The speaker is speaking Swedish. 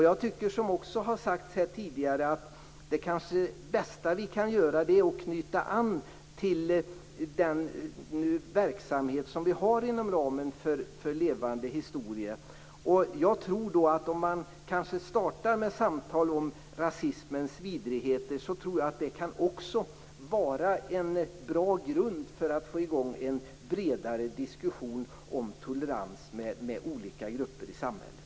Jag tycker, som också har sagts tidigare, att det bästa vi kan göra kanske är att knyta an till den verksamhet vi nu har för levande historia. Om man startar med samtal om nazismens vidrigheter kanske det kan vara en bra grund för att få igång en bredare diskussion om tolerans mot olika grupper i samhället.